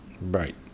Right